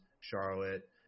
Charlotte